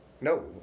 No